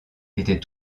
était